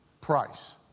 price